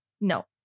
No